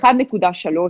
1.3%,